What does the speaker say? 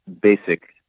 basic